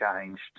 changed